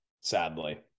sadly